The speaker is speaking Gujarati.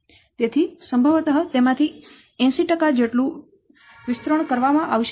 તેથી સંભવત તેમાંથી 80 જેટલું વિસ્તૃરણ કરવામાં આવશે નહીં